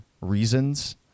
reasons